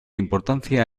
importancia